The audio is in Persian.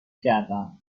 کردم